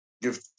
Give